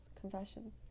confessions